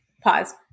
pause